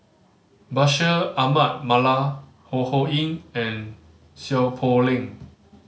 Bashir Ahmad Mallal Ho Ho Ying and Seow Poh Leng